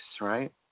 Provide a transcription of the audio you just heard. right